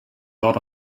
lot